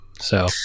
So-